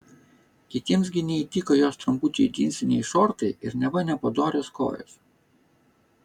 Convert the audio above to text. kitiems gi neįtiko jos trumpučiai džinsiniai šortai ir neva nepadorios kojos